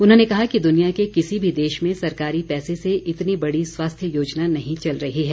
उन्होंने कहा कि दुनिया के किसी भी देश में सरकारी पैसे से इतनी बड़ी स्वास्थ्य योजना नहीं चल रही है